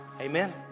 Amen